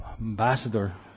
Ambassador